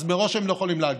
אז מראש הם לא יכולים להגיע.